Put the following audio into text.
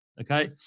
Okay